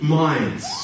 minds